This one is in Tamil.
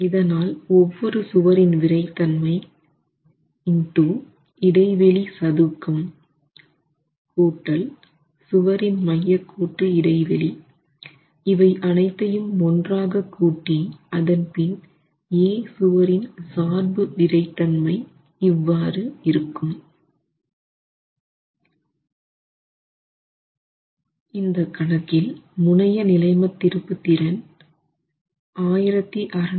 இதனால் ஒவ்வொரு சுவரின் விறைத்தன்மை X இடைவெளி சதுக்கம் சுவரின் மையக் கோட்டு இடைவெளி இவை அனைத்தையும் ஒன்றாக கூட்டி அதன்பின் A சுவரின் சார்பு விறைத்தன்மை இவ்வாறு இருக்கும் இந்த கணக்கில் முனையநிலைமத் திருப்புத்திறன் 1656